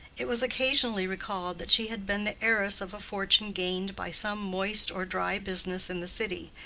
it was occasionally recalled that she had been the heiress of a fortune gained by some moist or dry business in the city,